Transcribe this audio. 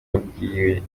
yabwiye